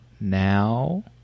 now